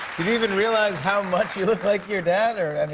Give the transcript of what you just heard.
even realize how much you look like your dad or? and